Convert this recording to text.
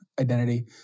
identity